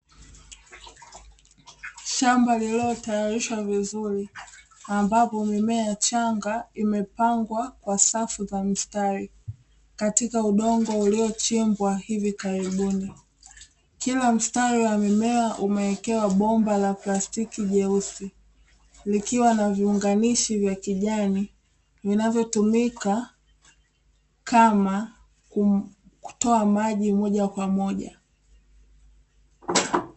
Shamba lililotayarishwa vizuri, ambapo mimea changa imepangwa kwa safu za mistari, katika udongo uliochimbwa hivi karibuni, kila mstari wa mmea umewekewa bomba la plastiki jeusi, likiwa na viunganishi vya kijan, vinavyotumika kama kutoa maji moja kwa moja